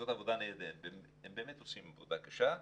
הם באמת עושים עבודה קשה.